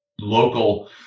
local